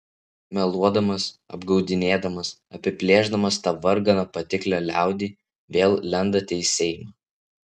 meluodamas apgaudinėdamas apiplėšdamas tą varganą patiklią liaudį vėl lendate į seimą